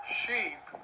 sheep